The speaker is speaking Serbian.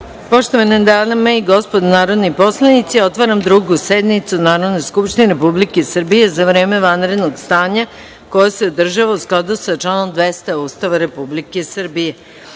Poštovani narodni poslanici, otvaram Drugu sednicu Narodne skupštine Republike Srbije za vreme vanrednog stanja, koja se održava u skladu sa članom 200. Ustava Republike Srbije. Na